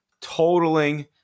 totaling